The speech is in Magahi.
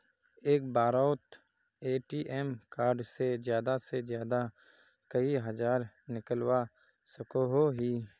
एक बारोत ए.टी.एम कार्ड से ज्यादा से ज्यादा कई हजार निकलवा सकोहो ही?